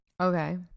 Okay